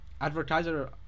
advertiser